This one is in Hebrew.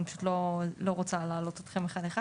אני פשוט לא רוצה להלאות אתכם אחד אחד עכשיו.